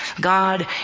God